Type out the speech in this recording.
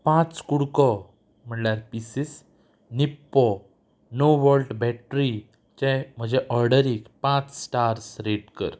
पांच कु़डको म्हळ्यार पिसीस निप्पो नो वोल्ट बॅटरीचे म्हजे ऑर्डरीक पांच स्टार्स रेट कर